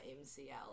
MCL